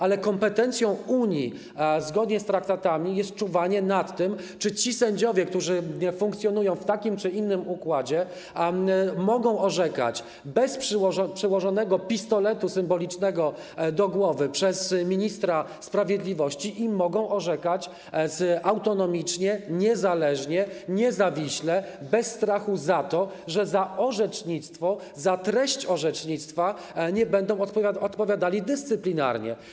Ale kompetencją Unii, zgodnie z traktatami, jest czuwanie nad tym, czy ci sędziowie, którzy funkcjonują w takim czy innym układzie, mogą orzekać bez przyłożonego symbolicznego pistoletu do głowy przez ministra sprawiedliwości, mogą orzekać autonomicznie, niezależnie, niezawiśle, bez strachu o to, że za orzecznictwo, za treść orzecznictwa będą odpowiadali dyscyplinarnie.